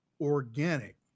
organic